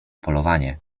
polowanie